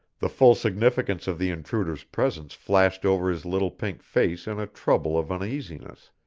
the full significance of the intruder's presence flashed over his little pink face in a trouble of uneasiness.